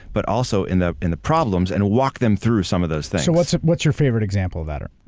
but also in the in the problems and walk them through some of those things. and what's what's your favorite example of that?